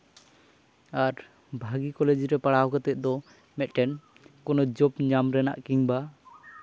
ᱟᱨ ᱵᱷᱟᱹᱜᱤ ᱠᱚᱞᱮᱡᱽ ᱨᱮ ᱯᱟᱲᱦᱟᱣ ᱠᱟᱛᱮ ᱫᱚ ᱢᱤᱫᱴᱮᱱ ᱠᱳᱱᱳ ᱡᱚᱯ ᱧᱟᱢ ᱨᱮᱱᱟᱜ ᱠᱤᱢᱵᱟ